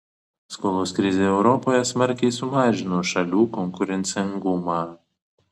skolos krizė europoje smarkiai sumažino šalių konkurencingumą